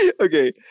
Okay